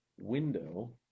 window